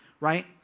right